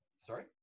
sorry